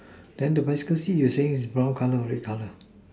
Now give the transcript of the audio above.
then the bicycle see you saying is brown colour or red colour